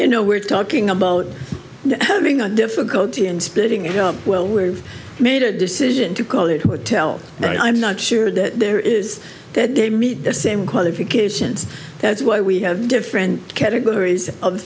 know we're talking about having a difficulty and spitting it well we've made a decision to call it could tell but i'm not sure that there is that they meet the same qualifications that's why we have different categories of th